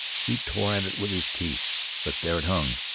he tore at it with his teeth but there it hung,